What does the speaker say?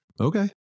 okay